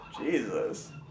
Jesus